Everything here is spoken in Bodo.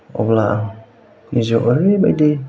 अब्ला आंनि जिउआव ओरैबायदि